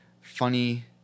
funny